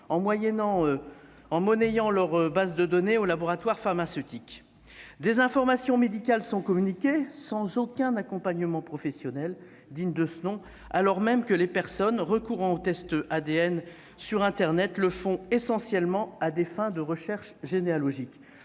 en monnayant leurs bases de données auprès de laboratoires pharmaceutiques. Des informations médicales sont communiquées sans aucun accompagnement professionnel digne de ce nom, alors même que les personnes recourant aux tests génétiques sur internet le font essentiellement à des fins généalogiques.